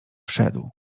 wszedł